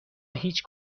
هیچ